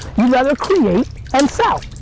you'd rather create and sell.